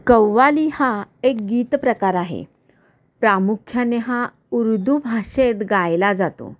कव्वाली हा एक गीत प्रकार आहे प्रामुख्याने हा उर्दू भाषेत गायला जातो